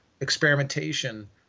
experimentation